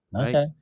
Okay